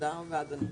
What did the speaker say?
תודה רבה, אדוני.